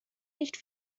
nicht